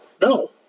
No